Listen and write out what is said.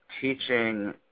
teaching